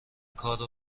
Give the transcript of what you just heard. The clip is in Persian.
کارو